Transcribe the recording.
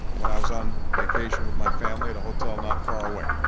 when i was on vacation with my family at a hotel not far away.